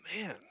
man